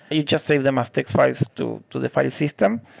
you just save them as text files to to the file system.